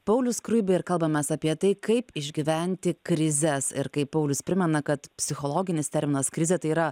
paulių skruibį ir kalbamės apie tai kaip išgyventi krizes ir kaip paulius primena kad psichologinis terminas krizė tai yra